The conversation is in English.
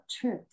truth